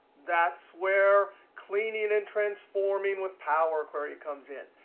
that's where cleaning and transforming with power query comes in.